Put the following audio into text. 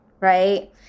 Right